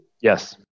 Yes